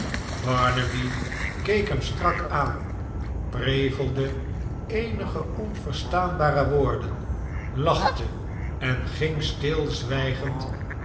barnaby keek hem strak aan prevelde eenige onverstaanbare woorden lachte en ging stilzwijgend